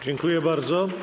Dziękuję bardzo.